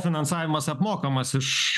finansavimas apmokamas iš